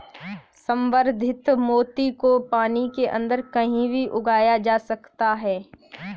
संवर्धित मोती को पानी के अंदर कहीं भी उगाया जा सकता है